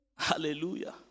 Hallelujah